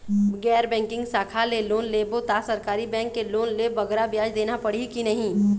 गैर बैंकिंग शाखा ले लोन लेबो ता सरकारी बैंक के लोन ले बगरा ब्याज देना पड़ही ही कि नहीं?